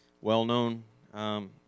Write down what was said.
Well-known